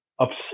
upset